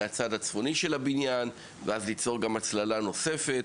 מהצד הצפוני של הבניין ואז ליצור הצללה נוספת.